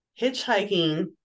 hitchhiking